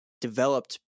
developed